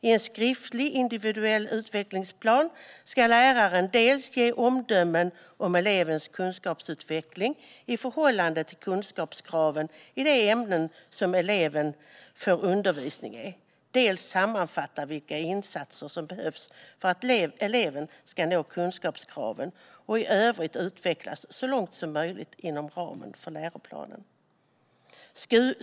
I en skriftlig individuell utvecklingsplan ska läraren dels ge omdömen om elevens kunskapsutveckling i förhållande till kunskapskraven i de ämnen som eleven får undervisning i, dels sammanfatta vilka insatser som behövs för att eleven ska nå kunskapskraven och i övrigt utvecklas så långt som möjligt inom ramen för läroplanen.